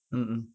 mm mm